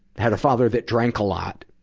had a father that drank a lot,